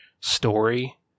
story